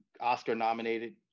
Oscar-nominated